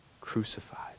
crucified